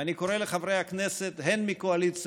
ואני קורא לחברי הכנסת הן מהקואליציה